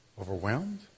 overwhelmed